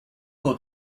will